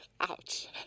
ouch